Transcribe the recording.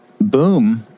boom